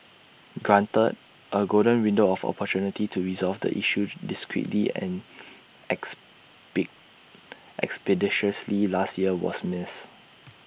granted A golden window of opportunity to resolve the issue discreetly and as be expeditiously last year was missed